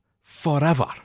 forever